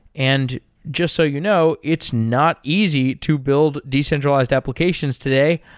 and just so you know, it's not easy to build decentralized applications today,